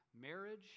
marriage